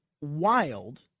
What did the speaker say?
wild